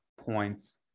Points